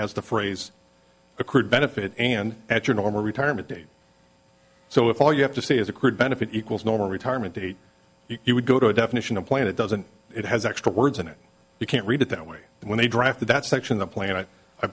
has the phrase accrued benefit and at your normal retirement date so if all you have to say is accrued benefit equals normal retirement date you would go to a definition of planet doesn't it has extra words in it you can't read it that way when they drafted that section the planet i